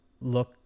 look